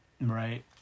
Right